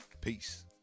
Peace